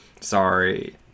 sorry